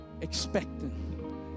expecting